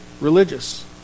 religious